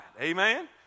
Amen